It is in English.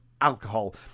alcohol